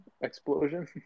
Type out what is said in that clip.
explosion